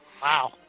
Wow